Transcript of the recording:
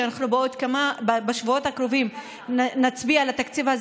שבשבועות הקרובים נצביע עליו,